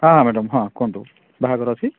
ହଁ ହଁ ମ୍ୟାଡ଼ାମ୍ ହଁ କୁହନ୍ତୁ ବାହାଘର ଅଛି